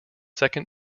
second